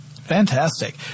Fantastic